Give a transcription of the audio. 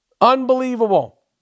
unbelievable